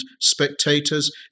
spectators